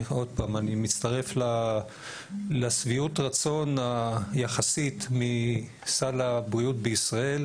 אני מצטרף לשביעות רצון היחסית מסל הבריאות בישראל.